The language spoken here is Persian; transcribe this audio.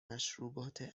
مشروبات